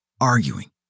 arguing